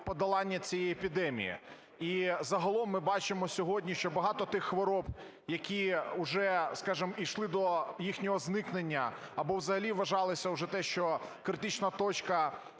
подолання цієї епідемії. І загалом ми бачимо сьогодні, що багато тих хвороб, які уже, скажемо, ішли до їхнього зникнення або взагалі вважалося уже те, що критична точка